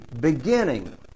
beginning